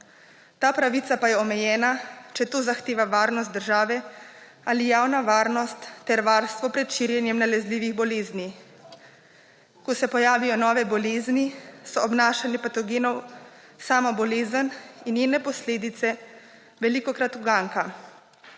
Ta pravica pa je omejena, če to zahteva varnost države ali javna varnost ter varstvo pred širjenjem nalezljivih bolezni. Ko se pojavijo nove bolezni, so obnašanje patogenov, sama bolezen in njene posledice velikokrat uganka.